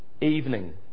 evening